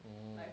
ugh